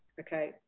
Okay